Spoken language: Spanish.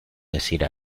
decir